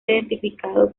identificado